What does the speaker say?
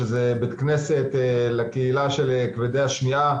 שזה בית כנסת לקהילה של כבדי השמיעה.